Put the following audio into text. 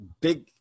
big